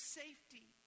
safety